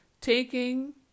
Taking